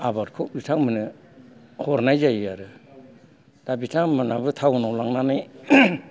आबादखौ बिथांमोननो हरनाय जायो आरो दा बिथांमोनाबो टाउनआव लांनानै